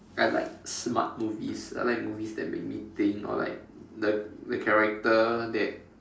I like smart movies I like movies that make me think or like the the character that